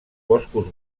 boscos